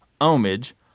homage